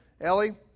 Ellie